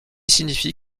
signifie